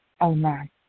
Amen